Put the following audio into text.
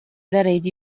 darīt